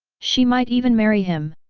she might even marry him!